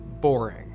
boring